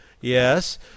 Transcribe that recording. Yes